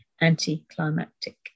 anticlimactic